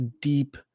deep